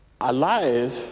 alive